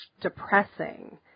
depressing